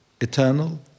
eternal